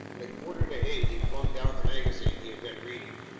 at quarter to eight he flung down the magazine he had been reading,